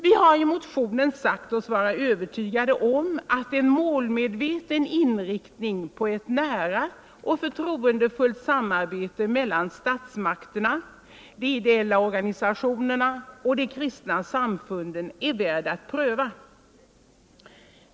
Vi har i motionen sagt oss vara övertygade om att en målmedveten inriktning på ett nära och förtroendefullt samarbete mellan statsmakterna, de ideella organisationerna och de kristna samfunden är värd att pröva.